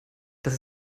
dass